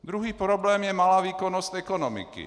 Druhý problém je malá výkonnost ekonomiky.